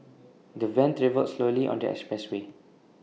the van travelled slowly on the expressway